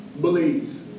Believe